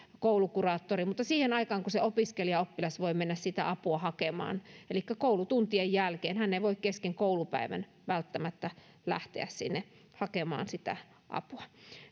koulukuraattori siihen aikaan kun se opiskelija oppilas voi mennä sitä apua hakemaan elikkä koulutuntien jälkeen hän ei voi kesken koulupäivän välttämättä lähteä hakemaan sitä apua